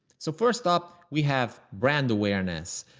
so first up, we have brand awareness.